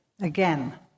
Again